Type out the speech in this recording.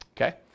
Okay